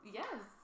yes